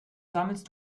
sammelst